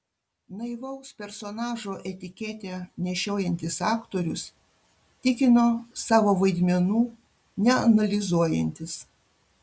naivaus personažo etiketę nešiojantis aktorius tikino savo vaidmenų neanalizuojantis